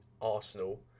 Arsenal